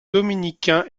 dominicain